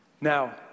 Now